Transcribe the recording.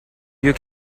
you